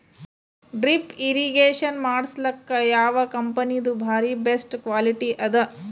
Drip irrigation ಮಾಡಸಲಕ್ಕ ಯಾವ ಕಂಪನಿದು ಬಾರಿ ಬೆಸ್ಟ್ ಕ್ವಾಲಿಟಿ ಅದ?